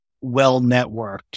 well-networked